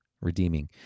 Redeeming